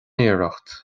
iarracht